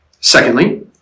secondly